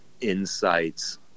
insights